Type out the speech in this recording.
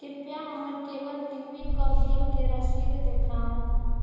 कृप्या हमर cable T V कऽ बिलकेँ रसीद देखाउ